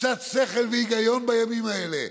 קצת שכל והיגיון בימים האלה.